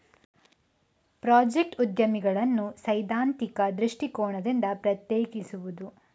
project ಉದ್ಯಮಿಗಳನ್ನು ಸೈದ್ಧಾಂತಿಕ ದೃಷ್ಟಿಕೋನದಿಂದ ಪ್ರತ್ಯೇಕಿಸುವುದು